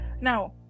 Now